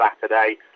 Saturday